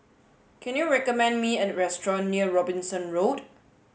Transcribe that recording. can you recommend me a restaurant near Robinson Road